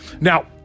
Now